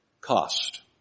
Cost